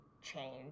change